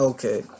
Okay